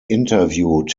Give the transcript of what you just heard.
interviewed